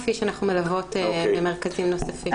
כפי שאנחנו מלווים במרכזים נוספים.